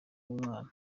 mwana